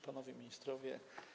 Panowie Ministrowie!